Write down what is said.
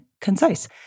concise